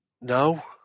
No